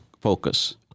focus